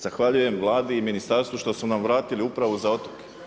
Zahvaljujem Vladi i ministarstvu što su nam vratili upravu za otoke.